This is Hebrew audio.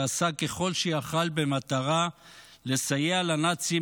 שעשה ככל שהיה יכול במטרה לסייע לנאצים